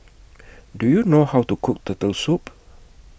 Do YOU know How to Cook Turtle Soup